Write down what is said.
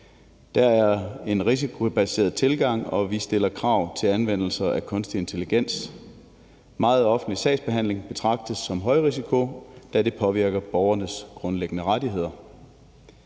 Der er en risikobaseret tilgang, og vi stiller krav til anvendelse af kunstig intelligens. Meget offentlig sagsbehandling betragtes som højrisikoområde, da det påvirker borgernes grundlæggende rettigheder.